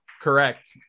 correct